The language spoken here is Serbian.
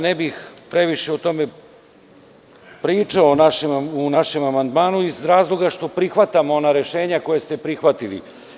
Ne bih previše o tome pričao, o našem amandmanu iz razloga što prihvatamo ona rešenja koja ste prihvatili.